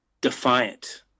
defiant